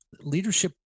leadership